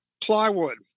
plywood